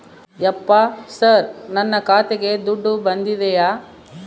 ಯಪ್ಪ ಸರ್ ನನ್ನ ಖಾತೆಗೆ ದುಡ್ಡು ಬಂದಿದೆಯ?